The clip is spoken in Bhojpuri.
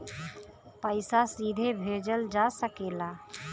पइसा सीधे भेजल जा सकेला